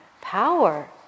power